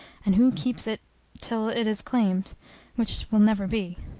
and who keeps it till it is claimed which will never be.